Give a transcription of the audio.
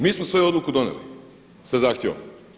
Mi smo svoju odluku donijeli sa zahtjevom.